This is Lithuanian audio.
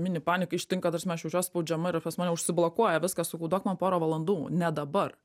mini panika ištinka ta prasme aš jaučiuos spaudžiama ir pas mane užsiblokuoja viskas sakau duok man porą valandų ne dabar